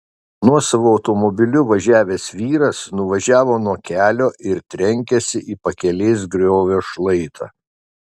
nuosavu automobiliu važiavęs vyras nuvažiavo nuo kelio ir trenkėsi į pakelės griovio šlaitą